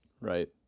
Right